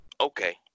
Okay